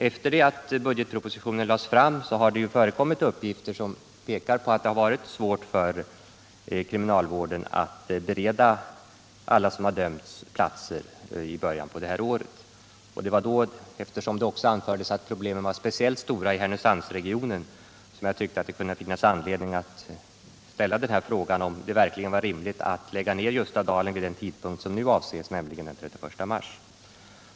Efter det att budgetpropositionen lades fram har det förekommit uppgifter som pekar på att det i början av året varit svårt för kriminalvården att bereda alla som har dömts platser. Eftersom det också anfördes att problemen varit speciellt stora i Härnösandsregionen, fanns det enligt min mening anledning att ställa den här frågan om det verkligen är rimligt att lägga ned Ljustadalen vid den tidpunkt som nu avses, nämligen den 31 mars.